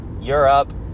Europe